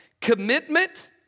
commitment